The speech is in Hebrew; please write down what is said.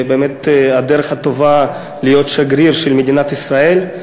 באמת הדרך הטובה להיות שגריר של מדינת ישראל.